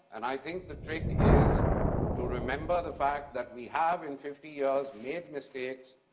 and i think the trick is to remember the fact that we have in fifty years made mistakes,